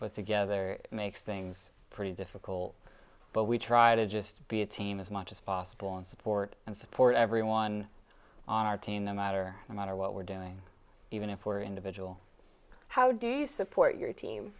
but together it makes things pretty difficult but we try to just be a team as much as possible and support and support everyone on our team no matter how minor what we're doing even for individual how do you support your team